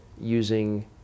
using